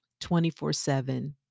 24-7